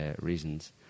reasons